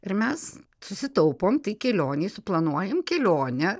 ir mes susitaupom tai kelionei suplanuojam kelionę